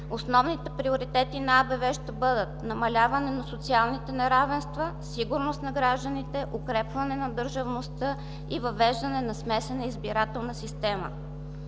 Основните приоритети на АБВ ще бъдат: намаляване на социалните неравенства, сигурност на гражданите, укрепване на държавността и въвеждане на смесена избирателна система.